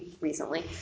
recently